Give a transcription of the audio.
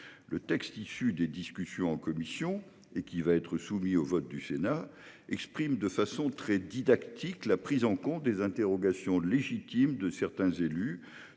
Le texte issu des travaux de la commission, qui sera soumis au vote du Sénat, exprime de façon très didactique la prise en compte des interrogations légitimes de certains élus